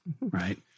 Right